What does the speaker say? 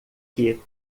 que